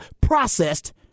processed